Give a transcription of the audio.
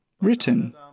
Written